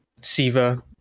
siva